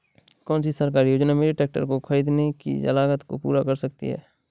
कौन सी सरकारी योजना मेरे ट्रैक्टर को ख़रीदने की लागत को पूरा कर सकती है?